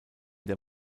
der